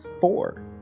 four